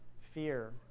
fear